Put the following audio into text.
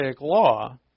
Law